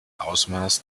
ausmaß